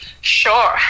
Sure